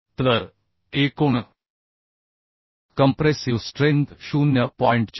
तर एकूण compressive strength 0